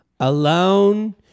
Alone